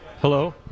Hello